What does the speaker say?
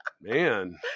man